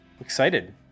excited